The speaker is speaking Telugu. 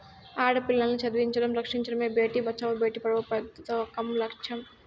ఆడపిల్లల్ని చదివించడం, రక్షించడమే భేటీ బచావో బేటీ పడావో పదకం లచ్చెం